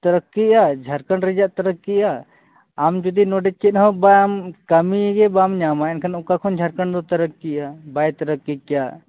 ᱛᱟᱨᱟᱠᱠᱤᱜᱼᱟ ᱡᱷᱟᱲᱠᱷᱚᱸᱰ ᱨᱮᱭᱟᱜ ᱛᱟᱨᱟᱠᱠᱤᱜᱼᱟ ᱟᱢ ᱡᱩᱫᱤ ᱱᱚᱰᱮ ᱪᱮᱫᱦᱚᱸ ᱵᱟᱢ ᱠᱟᱹᱢᱤᱜᱮ ᱵᱟᱢ ᱧᱟᱢᱟ ᱮᱱᱠᱷᱟᱱ ᱫᱚ ᱡᱷᱟᱲᱠᱷᱚᱸᱰ ᱫᱚ ᱛᱟᱨᱟᱠᱠᱤᱜᱼᱟ ᱵᱟᱭ ᱛᱟᱹᱨᱟᱠᱠᱤᱠᱮᱭᱟ